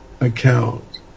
account